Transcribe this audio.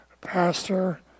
pastor